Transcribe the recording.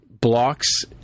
blocks